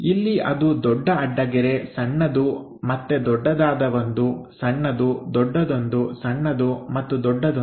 ಇಲ್ಲಿ ಅದು ದೊಡ್ಡ ಅಡ್ಡಗೆರೆ ಸಣ್ಣದು ಮತ್ತೆ ದೊಡ್ಡದಾದ ಒಂದು ಸಣ್ಣದು ದೊಡ್ಡದೊಂದು ಸಣ್ಣದು ಮತ್ತು ದೊಡ್ಡದೊಂದು